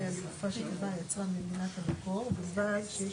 היא אומרת שהשני יהיה מוסמך לגבי טמפרטורה מוגדרת.